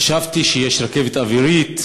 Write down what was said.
חשבתי שיש רכבת אווירית